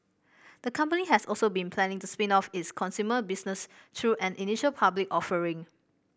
the company has also been planning to spin off its consumer business through an initial public offering